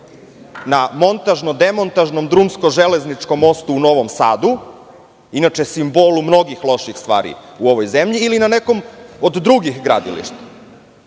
na montažno demontažnom drumsko-železničkom mostu u Novom Sadu, inače simbolu mnogih loših stvari u ovoj zemlji ili na nekom od drugih gradilišta. Umesto